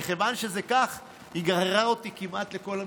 מכיוון שזה כך, היא גררה אותי כמעט לכל המקלטים.